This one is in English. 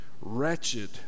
Wretched